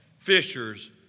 Fishers